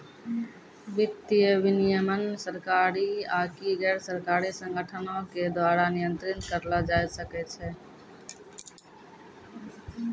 वित्तीय विनियमन सरकारी आकि गैरसरकारी संगठनो के द्वारा नियंत्रित करलो जाय सकै छै